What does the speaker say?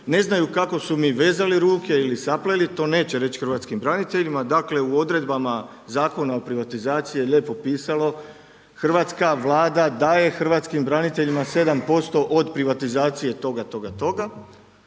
ne znaju kako su mi vezali ruke ili sapleli, to neće reći hrvatskim braniteljima. Dakle u odredbama Zakona o privatizaciji je lijepo pisalo, hrvatska Vlada daje hrvatskim braniteljima 7% od privatizacije toga, toga, toga,